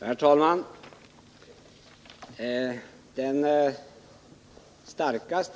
Herr talman!